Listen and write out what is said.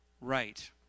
right